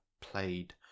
played